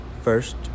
First